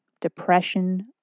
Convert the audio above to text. depression